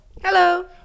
Hello